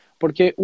porque